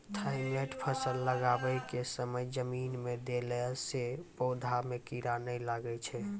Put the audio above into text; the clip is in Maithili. थाईमैट फ़सल लगाबै के समय जमीन मे देला से पौधा मे कीड़ा नैय लागै छै?